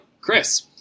Chris